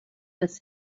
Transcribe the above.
das